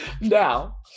Now